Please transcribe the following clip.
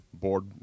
board